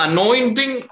Anointing